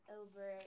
over